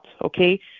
okay